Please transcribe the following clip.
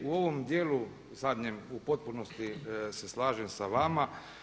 U ovom djelu zadnjem u potpunosti se slažem sa vama.